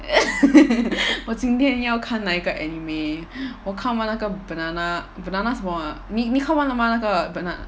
我今天要看哪一个 anime 我看完那个 banana banana 什么 ah 你你看完了吗那个 banana